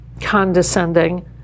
condescending